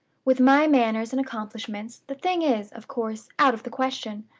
with my manners and accomplishments, the thing is, of course, out of the question.